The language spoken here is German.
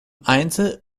einzel